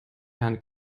herrn